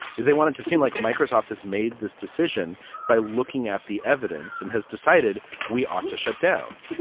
if they wanted to seem like microsoft has made this decision by looking at the evidence and has decided we ought to shut down.